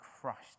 crushed